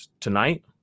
Tonight